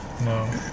No